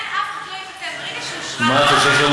כן, אף אחד לא יבטל.